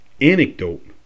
anecdote